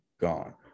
gone